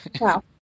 Wow